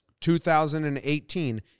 2018